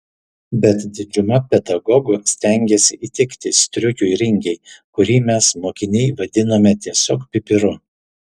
bet didžiuma pedagogų stengėsi įtikti striukiui ringei kurį mes mokiniai vadinome tiesiog pipiru